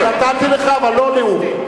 נתתי לך, אבל לא נאום.